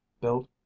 built